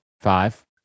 Five